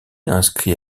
inscrits